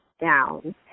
down